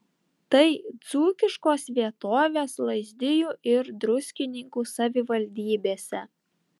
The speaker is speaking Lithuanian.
tai dzūkiškos vietovės lazdijų ir druskininkų savivaldybėse